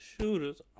shooters